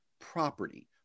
property